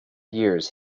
years